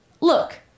look